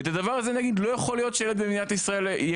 ואת הדבר הזה נגיד לא יכול שילד במדינת ישראל לא